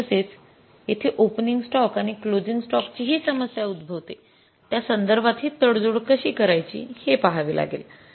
तसेच येथे opening stock आणि क्लोसिंग स्टॉक ची हि समस्या उद्भवते त्या संदर्भात हि तडजोड कशी करायची हे पाहावे लागेल